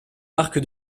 parc